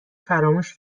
فراموش